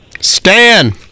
Stan